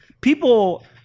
people